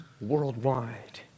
worldwide